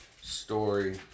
story